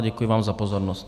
Děkuji vám za pozornost.